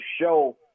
show